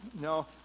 no